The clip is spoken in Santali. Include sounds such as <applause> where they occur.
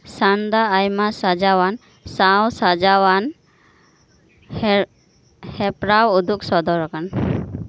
ᱥᱟᱱᱫᱟ ᱟᱭᱢᱟ ᱥᱟᱡᱟᱣᱟᱱ ᱥᱟᱶ ᱥᱟᱡᱟᱣᱟᱱ <unintelligible> ᱦᱮᱯᱨᱟᱣ ᱩᱫᱩᱜ ᱥᱚᱫᱚᱨᱟᱠᱟᱱ